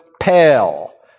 Pale